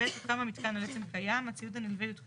(ב) הוקם המיתקן על עצם קיים הציוד הנלווה יותקן